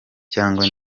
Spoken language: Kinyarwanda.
cyangwa